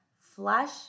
flush